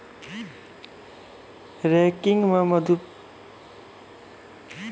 ranking म पशुपालन उद्देश्य सें बहुत तरह क पौधा केरो उत्पादन चारा कॅ रूपो म होय छै